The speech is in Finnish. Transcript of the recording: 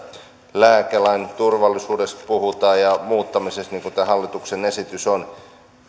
lääkelain turvallisuudesta ja muuttamisesta puhutaan niin kuin tämä hallituksen esitys on